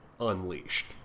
unleashed